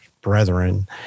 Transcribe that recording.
brethren